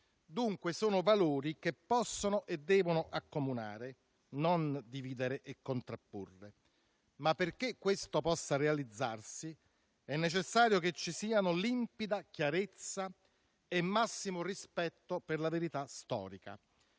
Dunque, sono valori che possono e devono accomunare, non dividere e contrapporre, ma perché questo possa realizzarsi è necessario che ci siano limpida chiarezza e massimo rispetto per la verità storica.